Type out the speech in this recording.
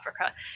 Africa